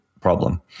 problem